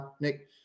Nick